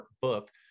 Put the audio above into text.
book